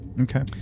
okay